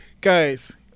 guys